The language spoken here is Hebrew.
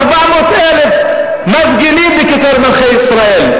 400,000 מפגינים בכיכר מלכי-ישראל.